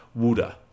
wuda